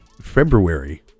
february